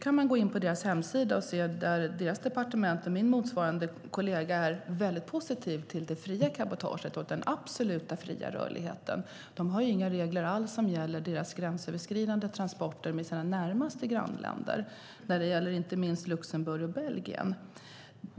Man kan gå in på deras hemsida och se att deras departement och min motsvarande kollega är väldigt positiva till det fria cabotaget och den absolut fria rörligheten. De har inga regler alls som gäller deras gränsöverskridande transporter till deras närmaste grannländer. Det gäller inte minst Luxemburg och Belgien.